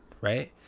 right